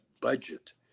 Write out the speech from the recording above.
budget